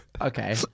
Okay